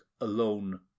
alone